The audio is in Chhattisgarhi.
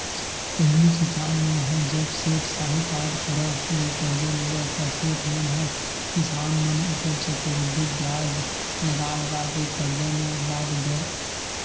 पहिली किसान मन ह जब सेठ, साहूकार करा ले करजा लेवय ता सेठ मन ह किसान मन ऊपर चक्रबृद्धि बियाज लगा लगा के करजा म लाद देय